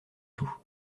tout